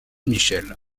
michel